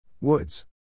Woods